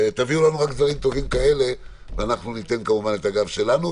תביאו לנו רק דברים טובים כאלה ואנחנו ניתן כמובן את הגב שלנו.